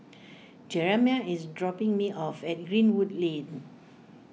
Jeramiah is dropping me off at Greenwood Lane